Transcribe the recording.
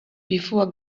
before